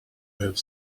have